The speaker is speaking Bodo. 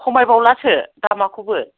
खमायबावलासो दामखौबो